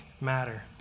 matter